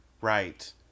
Right